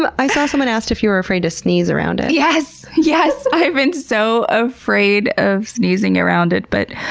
i saw someone asked if you're afraid to sneeze around it. yes! yes! i've been so afraid of sneezing around it but